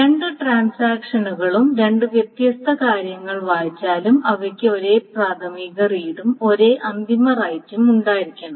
രണ്ട് ട്രാൻസാക്ഷനുകളും രണ്ട് വ്യത്യസ്ത കാര്യങ്ങൾ വായിച്ചാലും അവയ്ക്ക് ഒരേ പ്രാഥമിക റീഡും ഒരേ അന്തിമ റൈററും ഉണ്ടായിരിക്കണം